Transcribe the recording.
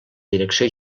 direcció